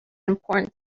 important